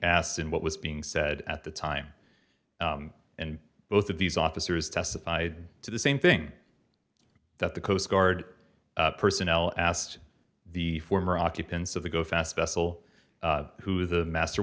asked and what was being said at the time and both of these officers testified to the same thing that the coast guard personnel asked the former occupants of the go fast vessel who the master